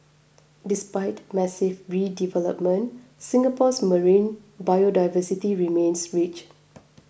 despite massive redevelopment Singapore's marine biodiversity remains rich